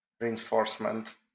reinforcement